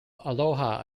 aloha